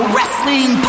Wrestling